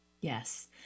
Yes